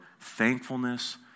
thankfulness